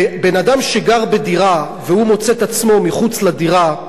ובן-אדם שגר בדירה והוא מוצא את עצמו מחוץ לדירה,